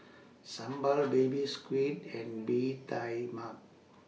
Sambal Baby Squid and Bee Tai Mak